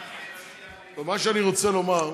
מה שאני רוצה לומר,